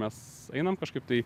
mes einam kažkaip tai